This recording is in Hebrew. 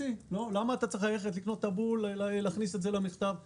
למה אתה צריך ללכת לקנות את הבול ולהדביק אותו על המכתב?